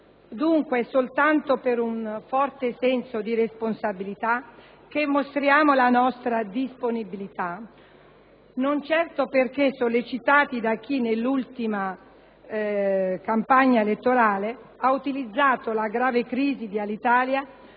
Dunque, è soltanto per un forte senso di responsabilità che mostriamo la nostra disponibilità, non certo perché sollecitati da chi nell'ultima campagna elettorale ha utilizzato la grave crisi di Alitalia